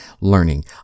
learning